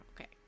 Okay